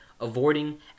avoiding